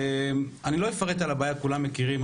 אני לא אפרט על הבעיה, כולם מכירים.